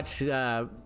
watch